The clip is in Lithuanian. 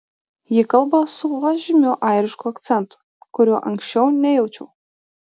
ji kalba su vos žymiu airišku akcentu kurio anksčiau nejaučiau